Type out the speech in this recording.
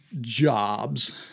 Jobs